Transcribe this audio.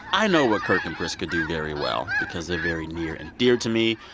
i know what kirk and priska do very well because they're very near and dear to me.